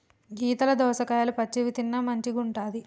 గీతల దోసకాయలు పచ్చివి తిన్న మంచిగుంటది